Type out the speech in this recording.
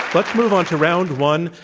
let's move on to round one.